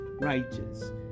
righteous